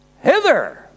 hither